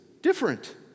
different